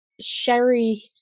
sherry